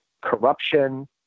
corruption